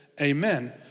Amen